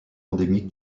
endémique